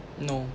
no